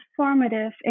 transformative